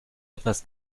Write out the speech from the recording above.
etwas